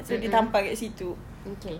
mm mm okay